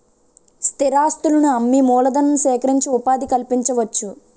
స్థిరాస్తులను అమ్మి మూలధనం సేకరించి ఉపాధి కల్పించవచ్చు